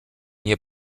nie